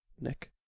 Nick